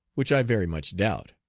which i very much doubt.